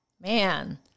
man